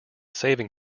saving